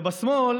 ובשמאל,